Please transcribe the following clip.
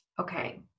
Okay